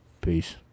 peace